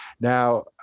Now